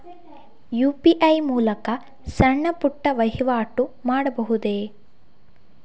UPI ಮೂಲಕ ಸಣ್ಣ ಪುಟ್ಟ ವಹಿವಾಟು ಮಾಡಬಹುದೇ?